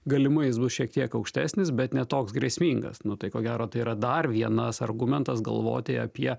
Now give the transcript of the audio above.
galimai jis bus šiek tiek aukštesnis bet ne toks grėsmingas nu tai ko gero tai yra dar vienas argumentas galvoti apie